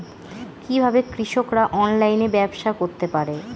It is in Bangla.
কিভাবে কৃষকরা অনলাইনে ব্যবসা করতে পারে?